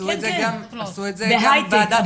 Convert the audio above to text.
עשו את זה גם בוועדת כץ, אני מזכירה לך.